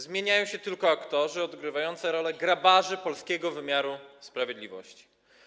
Zmieniają się tylko aktorzy odgrywający rolę grabarzy polskiego wymiaru sprawiedliwości.